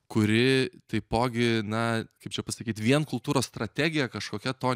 kuri taipogi na kaip čia pasakyti vien kultūros strategija kažkokia to